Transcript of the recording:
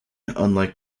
unlike